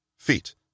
Feet